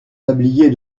tablier